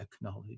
acknowledge